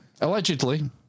allegedly